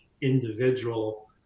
individual